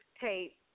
tape